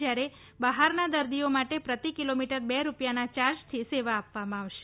જયારે બહાર દર્દીઓ માટે પ્રતિ કિલોમીટર બે રૂપિયાના યાર્જથી સેવા આપવામાં આવશે